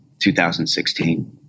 2016